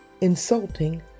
insulting